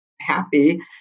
happy